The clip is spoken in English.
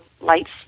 lights